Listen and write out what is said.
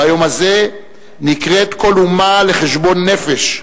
ביום הזה נקראת כל אומה לחשבון נפש,